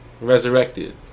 Resurrected